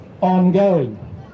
ongoing